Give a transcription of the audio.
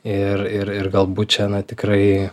ir ir ir galbūt čia tikrai